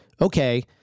okay